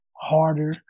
harder